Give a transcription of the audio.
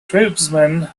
tribesmen